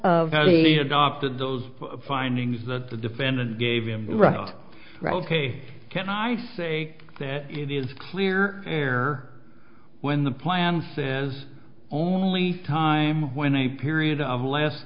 the adopted those findings that the defendant gave him wrote broke a can i say that it is clear air when the plan says only time when a period of less